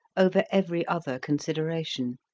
over every other consideration.